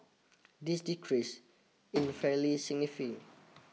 this decrease is fairly significant